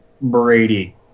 Brady